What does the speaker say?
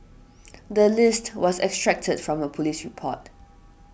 the list was extracted from a police report